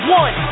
one